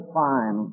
fine